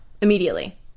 immediately